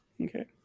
Okay